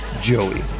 joey